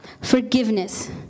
Forgiveness